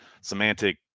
semantic